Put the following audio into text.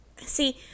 see